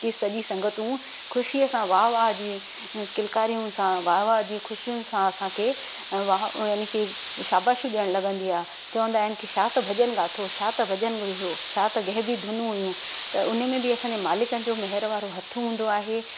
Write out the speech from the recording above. की सॼी संगतूं ख़ुशीअ सां वाह वाह जी किलकारियूं सां वाह वाह जी ख़ुशियूंन सां असांखे वाह उन्हनि खे शाबासीयूं ॾियण लगंदी आहे चवंदा आहिनि की छा त भजन ॻातो छा त भजन हुयो छा त गहबी धुनूं हुइयूं त उनमें बि असांजे मालिक जो महिर वारो हथ हूंदो आहे